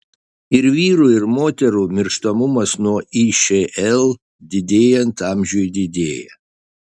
ir vyrų ir moterų mirštamumas nuo išl didėjant amžiui didėja